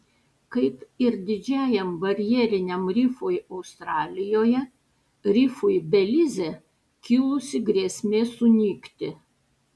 kaip ir didžiajam barjeriniam rifui australijoje rifui belize kilusi grėsmė sunykti